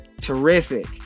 terrific